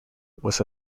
was